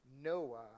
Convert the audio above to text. Noah